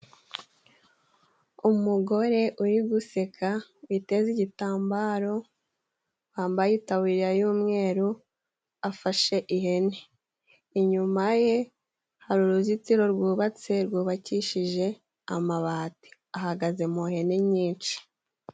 Umugore uri guseka biteze igitambaro, hambaye itaburiye y'umweru, afashe ihene. Inyuma ye hari uruzitiro rwubatse, rwubakishije amabati, ahagaze mu ihene nyinshi.